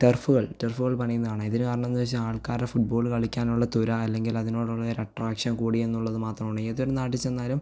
ടർഫുകൾ ടർഫുകൾ പണിയുന്നതു കാണാം ഇതിനു കാരണം എന്നു വെച്ചാൽ ആൾക്കാരുടെ ഫുട്ബോൾ കളിക്കാനുള്ള തുര അല്ലെങ്കിൽ അതിനോടുള്ള ഒരു അട്ട്രാക്ഷൻ കൂടി എന്നുള്ളതും മാത്രമാണ് ഏതൊരു നാട്ടിൽ ചെന്നാലും